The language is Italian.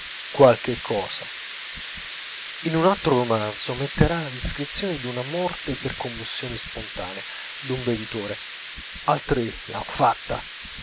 qualche cosa in un altro romanzo metterà la descrizione d'una morte per combustione spontanea d'un bevitore altri l'han fatta